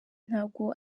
ntabwo